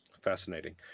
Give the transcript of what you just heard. fascinating